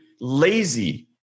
lazy